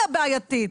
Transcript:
היא הבעייתית.